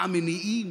מה המניעים,